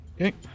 Okay